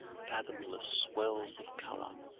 fathomless wells of colour,